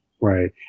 Right